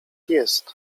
jest